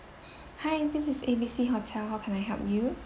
hi this is A B C hotel how can I help you